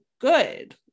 good